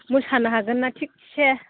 मोसानो हागोन ना थिकसे